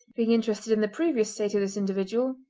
being interested in the previous state of this individual,